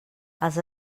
els